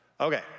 Okay